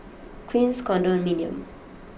Queens Condominium